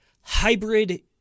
hybrid